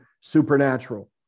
supernatural